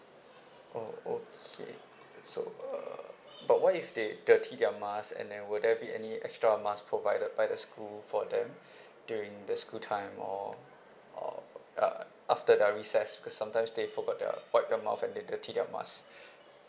oh okay so uh but what if they dirty their mask and then will there be any extra mask provided by the school for them during the school time or or ya after their recess because sometimes they forgot their wipe their mouth and dirty their mask